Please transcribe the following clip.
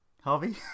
Harvey